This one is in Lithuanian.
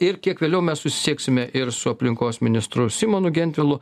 ir kiek vėliau mes susisieksime ir su aplinkos ministru simonu gentvilu